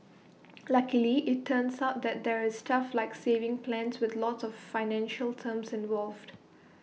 luckily IT turns out that there's stuff like savings plans with lots of financial terms involved